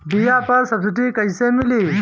बीया पर सब्सिडी कैसे मिली?